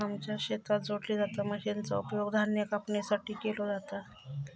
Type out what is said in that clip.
आमच्या शेतात जोडली जाता मशीनचा उपयोग धान्य कापणीसाठी केलो जाता